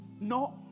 No